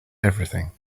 everything